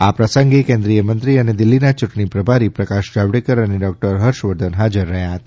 આ પ્રસંગે કેન્દ્રીય મંત્રી અને દિલ્ફીના યૂંટણી પ્રભારી પ્રકાશ જાવડેકર અને ડોકટર હર્ષવર્ધન હાજર રહ્યા હતા